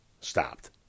stopped